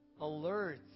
alert